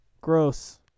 Gross